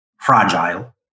fragile